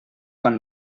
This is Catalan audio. quan